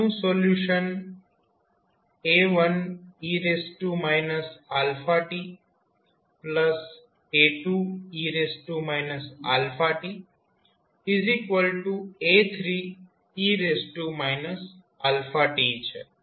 આનું solution A1e tA2e tA3e t છે